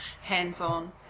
hands-on